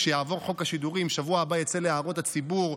כשיעבור החוק השידורים בשבוע הבא ויצא להערות הציבור,